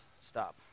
stop